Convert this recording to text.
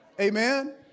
amen